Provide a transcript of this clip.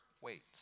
wait